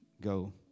Go